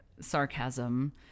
sarcasm